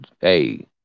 hey